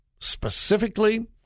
specifically